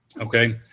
Okay